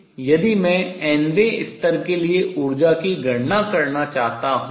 इसलिए यदि मैं nवें स्तर के लिए ऊर्जा की गणना करना चाहता हूँ